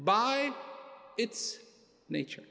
by its nature